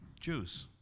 Jews